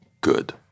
good